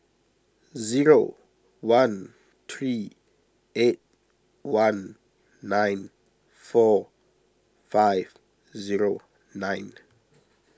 zero one three eight one nine four five zero nine